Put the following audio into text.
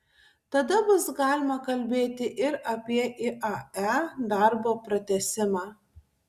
tada bus galima kalbėti ir apie iae darbo pratęsimą